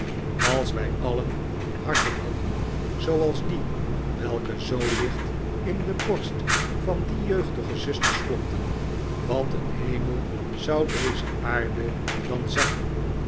als wij alien harten hadden zooals die welke zoo licht in de borst van die jeugdige zusters klopten wat een hemel zou deze aarde dan zijn